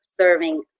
serving